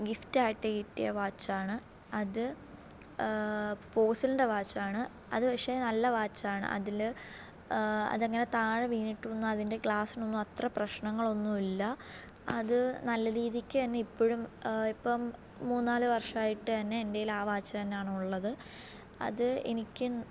gift ആയിട്ട് കിട്ടിയ watch ആണ് അത് ഫോസിലിൻ്റെ വാച്ച് ആണ് അത് പക്ഷേ നല്ല വാച്ച് ആണ് അതിൽ അതിങ്ങനെ താഴെ വീണിട്ടൊന്നും അതിൻ്റെ ഗ്ലാസിനൊന്നും അത്ര പ്രശ്നങ്ങളൊന്നും ഇല്ല അത് നല്ല രീതിക്ക് തന്നെ ഇപ്പോഴും ഇപ്പം മൂന്നുനാല് വർഷമായിട്ട് തന്നെ എൻ്റെ കയ്യിൽ വാച്ച് തന്നെയാണ് ഉള്ളത് അത് എനിക്ക്